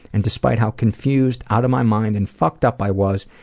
and despite how confused, out of my mind and fucked up i was,